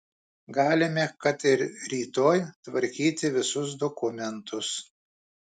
galime kad ir rytoj tvarkyti visus dokumentus